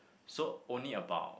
so only about